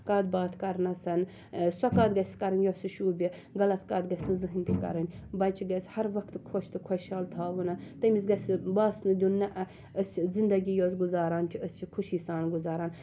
کتھ باتھ کَرنَسَن سۄ کتھ گَژھِ کَرٕنۍ یۄس شوٗبہِ غَلَط کتھ گَژھِ نہٕ زٕہٕنۍ تہِ کَرٕنۍ بَچہِ گَژھِ ہَر وَقتہٕ خۄش تہٕ خۄشحال تھاوُن تٔمس گَژھِ باسنہِ دِیُن نہَ أسۍ چھِ زِنٛدگی یۄس أسۍ گُزاران چھِ أسۍ چھِ خوشی سان گُزاران